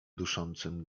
duszącym